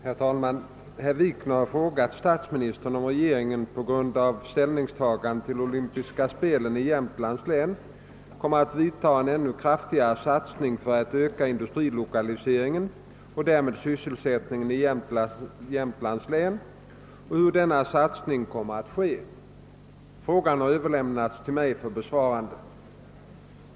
Herr talman! Herr Wikner har frågat statsministern, om regeringen på grund av ställningstagandet till olympiska spelen i Jämtlands län kommer att vidta en ännu kraftigare satsning för att öka industrilokaliseringen och därmed sysselsättningen i Jätmlands län och hur denna satsning kommer att ske. Frågan har överlämnats till mig för besvarande.